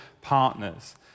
partners